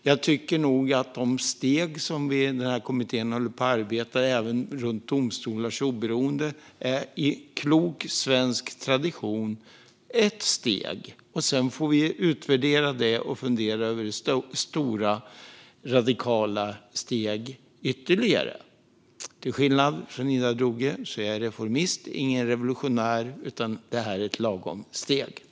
Jag tycker nog att de steg som kommittén arbetar utifrån, även när det gäller domstolars oberoende, är ett steg i klok svensk tradition. Sedan får vi utvärdera det och fundera över ytterligare stora radikala steg. Till skillnad från Ida Drougge är jag reformist, ingen revolutionär. Det här är ett lagom steg.